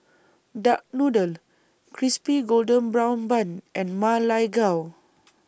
Duck Noodle Crispy Golden Brown Bun and Ma Lai Gao